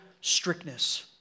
strictness